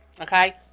Okay